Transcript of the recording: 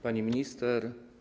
Pani Minister!